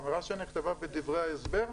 אמירה שנכתבה בדברי ההסבר,